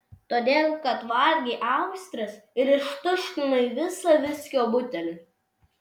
todėl kad valgei austres ir ištuštinai visą viskio butelį